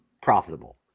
profitable